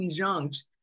conjunct